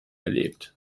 erlebt